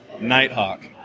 Nighthawk